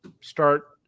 start